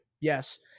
yes